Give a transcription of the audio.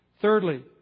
thirdly